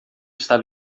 está